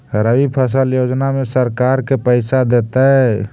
रबि फसल योजना में सरकार के पैसा देतै?